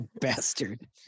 Bastard